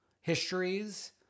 histories